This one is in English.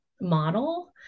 model